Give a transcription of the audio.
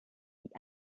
die